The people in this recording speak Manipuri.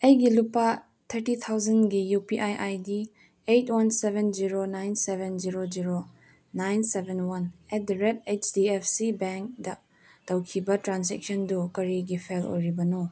ꯑꯩꯒꯤ ꯂꯨꯄꯥ ꯊꯥꯔꯇꯤ ꯊꯥꯎꯖꯟꯒꯤ U P I I D eight one seven zero nine seven zero zero nine seven one at the rate H D F C ꯕꯦꯡꯗ ꯇꯧꯈꯤꯕ ꯇ꯭ꯔꯥꯟꯖꯦꯛꯁꯟꯗꯨ ꯀꯔꯤꯒꯤ ꯐꯦꯜ ꯑꯣꯏꯔꯤꯕꯅꯣ